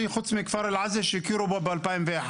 חוץ מכפר אל עזה שהכירו בו ב-2001.